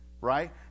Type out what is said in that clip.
right